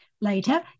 later